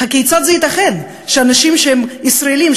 כיצד זה ייתכן שאנשים שהם ישראלים,